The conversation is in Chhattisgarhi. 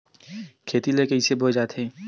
खेती ला कइसे बोय जाथे?